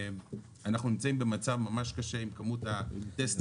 אנחנו נמצאים במצב ממש קשה עם כמות הטסטרים.